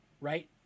Right